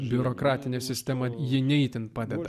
biurokratinė sistema ji ne itin padeda